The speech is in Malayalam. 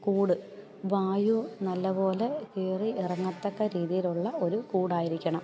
കൂട് വായു നല്ല പോലെ കയറി ഇറങ്ങത്തക്ക രീതിയിലുള്ള ഒരു കൂടായിരിക്കണം